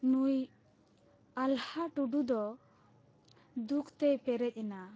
ᱱᱩᱭ ᱟᱞᱦᱟ ᱴᱩᱰᱩ ᱫᱚ ᱫᱩᱠ ᱛᱮᱭ ᱯᱮᱨᱮᱡ ᱮᱱᱟ